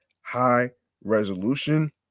high-resolution